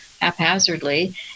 haphazardly